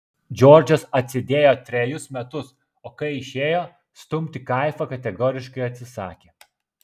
džordžas atsėdėjo trejus metus o kai išėjo stumti kaifą kategoriškai atsisakė